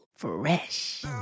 Fresh